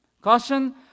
Caution